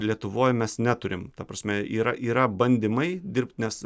lietuvoj mes neturim ta prasme yra yra bandymai dirbti nes